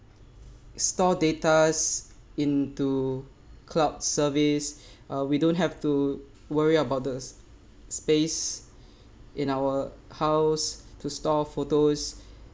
store data into cloud service or we don't have to worry about the space in our house to store photos